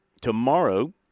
tomorrow